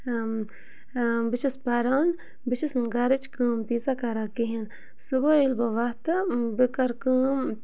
بہٕ چھَس پَران بہٕ چھَس نہٕ گَرٕچ کٲم تیٖژاہ کران کِہیٖنۍ صُبحٲے ییٚلہِ بہٕ وتھٕ بہٕ کَرٕ کٲم